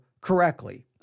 correctly